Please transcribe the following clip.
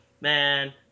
Man